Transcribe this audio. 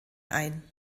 ein